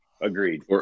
Agreed